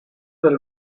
del